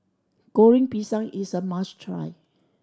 Goreng Pisang is a must try